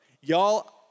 Y'all